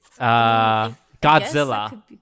godzilla